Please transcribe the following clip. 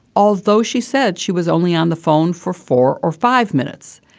although she said she was only on the phone for four or five minutes.